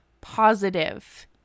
positive